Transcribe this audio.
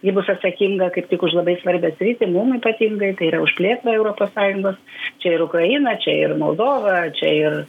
ji bus atsakinga kaip tik už labai svarbią sritį mum ypatingai tai yra už plėtrą europos sąjungos čia ir ukraina čia ir moldova čia ir